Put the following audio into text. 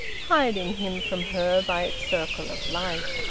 hiding him from her by its circle of light.